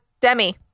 Demi